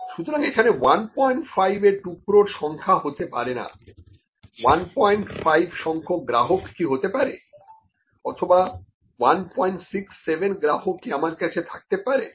সুতরাং এখানে 15 এর টুকরোর সংখ্যা হতে পারে না 15 সংখ্যক গ্রাহক কি হতে পারে অথবা 167 গ্রাহক কি আমার কাছে থাকতে পারে